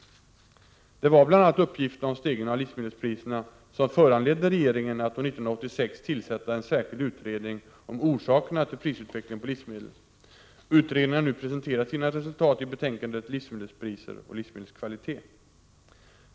Det var bl.a. uppgifterna om stegringen av livsmedelspriserna som föranledde regeringen att år 1986 tillsätta en särskild utredning om orsakerna till prisutvecklingen på livsmedel. Utredningen har nu presenterat sina resultat i betänkandet Livsmedelspriser och livsmedelskvalitet .